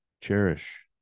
cherish